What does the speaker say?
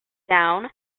down